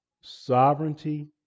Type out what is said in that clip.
sovereignty